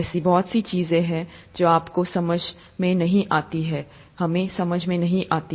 ऐसी बहुत सी चीजें हैं जो आपको समझ में नहीं आती हैं हमें समझ में नहीं आती